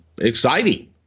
exciting